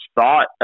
thought